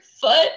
foot